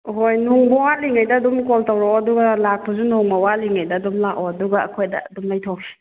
ꯑꯍꯣꯏ ꯅꯣꯡꯃ ꯋꯥꯠꯂꯤꯉꯩꯗ ꯑꯗꯨꯝ ꯀꯣꯜ ꯇꯧꯔꯛꯑꯣ ꯑꯗꯨꯒ ꯂꯥꯛꯄꯁꯨ ꯅꯣꯡꯃ ꯋꯥꯠꯂꯤꯉꯩꯗ ꯑꯗꯨꯝ ꯂꯥꯛꯑꯣ ꯑꯗꯨꯒ ꯑꯩꯈꯣꯏꯗ ꯑꯗꯨꯝ ꯂꯩꯊꯣꯛꯁꯤ